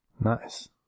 Nice